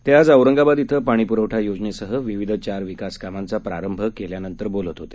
ते आज औरंगाबाद इथं पाणी पुरवठा योजनेसह विविध चार विकास कामांचा प्रारंभ केल्यानंतर बोलत होते